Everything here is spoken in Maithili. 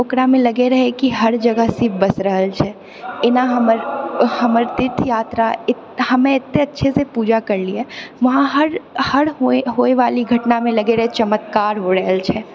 ओकरामे लगै रहै कि हर जगह शिव बसि रहल छै एना हमर हमर तीर्थयात्रा हमे अत्ते अच्छेसँ पूजा करिलिऐ वहाँ हर हर होइ होइवाली घटनामे लगै रहै चमत्कार होइ रहल छै